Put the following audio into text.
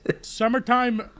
Summertime